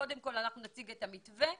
קודם נציג את המתווה